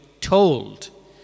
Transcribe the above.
told